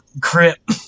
Crip